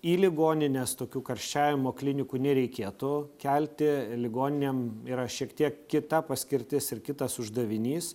į ligonines tokių karščiavimo klinikų nereikėtų kelti ligoninėm yra šiek tiek kita paskirtis ir kitas uždavinys